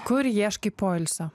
kur ieškai poilsio